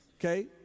Okay